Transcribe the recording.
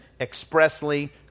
expressly